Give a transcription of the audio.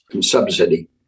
subsidy